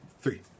Three